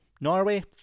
Norway